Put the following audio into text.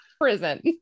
Prison